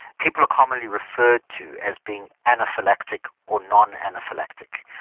people are commonly referred to as being anaphylactic or non-anaphylactic,